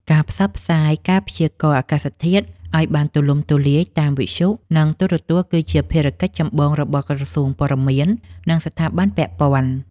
ការផ្សព្វផ្សាយការព្យាករណ៍អាកាសធាតុឱ្យបានទូលំទូលាយតាមវិទ្យុ និងទូរទស្សន៍គឺជាភារកិច្ចចម្បងរបស់ក្រសួងព័ត៌មាន និងស្ថាប័នពាក់ព័ន្ធ។